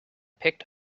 picked